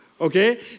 Okay